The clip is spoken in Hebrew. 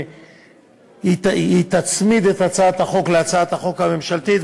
היא תצמיד את הצעת החוק להצעת החוק הממשלתית,